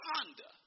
Honda